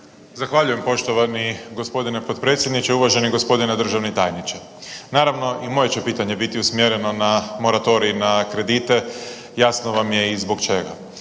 Zahvaljujem poštovani gospodine potpredsjedniče. Uvaženi gospodine državni tajniče, naravno i moje će pitanje biti usmjereno na moratorij na kredite, jasno vam je i zbog čega.